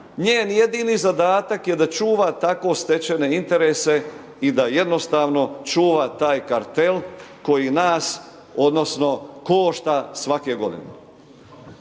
njen jedini zadatak je da čuva tako stečene interese i da jednostavno čuva taj kartel koji nas odnosno košta svake godine.